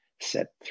set